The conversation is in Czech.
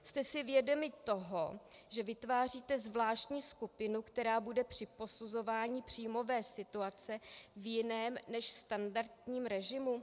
Jste si vědomi toho, že vytváříte zvláštní skupinu, která bude při posuzování příjmové situace v jiném než standardním režimu?